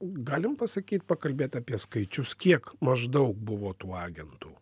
galim pasakyt pakalbėt apie skaičius kiek maždaug buvo tų agentų